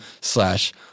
slash